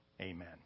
Amen